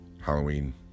Halloween